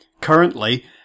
currently